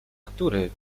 który